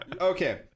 Okay